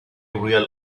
real